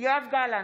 יואב גלנט,